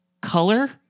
color